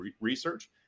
research